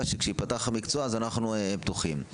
שכשהמקצוע ייפתח אנחנו נהיה פתוחים.